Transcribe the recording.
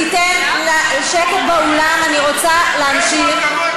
תן שקט באולם, אני רוצה להמשיך.